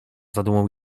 zadumą